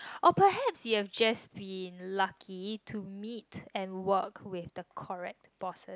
oh perhaps you have just been lucky to meet and work with the correct bosses